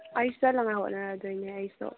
ꯑꯩ ꯆꯠꯅꯉ ꯍꯣꯠꯅꯔꯗꯣꯏꯅꯦ ꯑꯩꯁꯨ